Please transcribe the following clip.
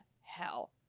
hell